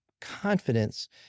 confidence